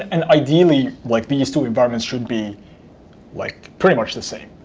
and ideally, like these two environments should be like pretty much the same.